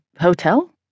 hotel